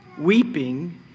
weeping